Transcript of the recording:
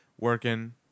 Working